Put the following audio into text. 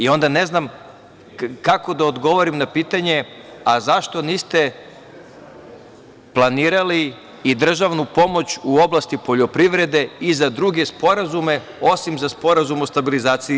Onda ne znam kako da odgovorim na pitanje, a zašto niste planirali i državnu pomoć u oblasti poljoprivrede i za druge sporazume osim za sporazum o SSP.